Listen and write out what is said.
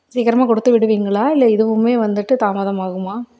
சீக்கிரமாக கொடுத்து விடுவீங்களா இல்லை இதுவுமே வந்துட்டு தாமதமாகுமா